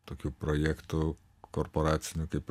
tokių projektų korporacinių kaip